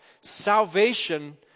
salvation